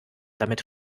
damit